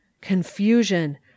Confusion